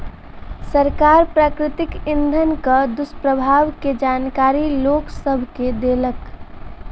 सरकार प्राकृतिक इंधनक दुष्प्रभाव के जानकारी लोक सभ के देलक